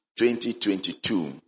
2022